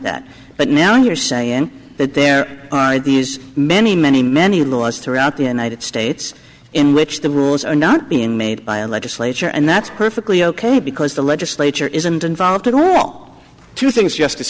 that but now you're saying that there are these many many many laws throughout the united states in which the rules are not being made by a legislature and that's perfectly ok because the legislature isn't involved at all two things justice